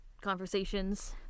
conversations